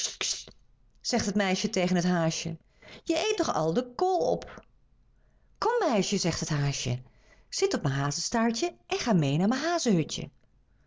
zegt het meisje tegen t haasje je eet nog al de kool op kom meisje zegt t haasje zit op mijn hazestaartje en ga mee naar mijn